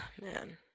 man